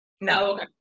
no